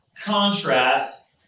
contrast